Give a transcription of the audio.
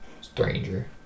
Stranger